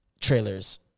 trailers